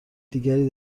دیگری